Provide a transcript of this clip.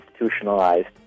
institutionalized